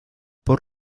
por